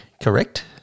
correct